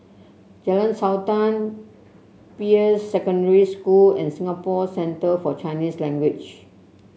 Jalan Sultan Peirce Secondary School and Singapore Centre For Chinese Language